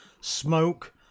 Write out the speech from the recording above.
Smoke